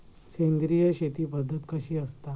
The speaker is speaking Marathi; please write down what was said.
सेंद्रिय शेती पद्धत कशी असता?